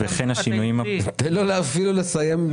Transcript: אני התחייבתי שאם אני חוזר לקואליציה כלשהי,